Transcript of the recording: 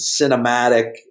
cinematic